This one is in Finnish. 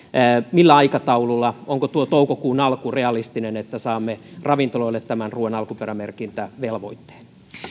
millä aikataululla onko tuo toukokuun alku realistinen saamme ravintoloille tämän ruuan alkuperämerkintävelvoitteen